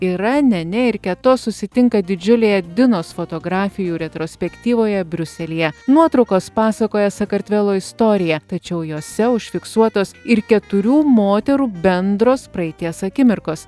ira nenė ir keto susitinka didžiulėje dinos fotografijų retrospektyvoje briuselyje nuotraukos pasakoja sakartvelo istoriją tačiau jose užfiksuotos ir keturių moterų bendros praeities akimirkos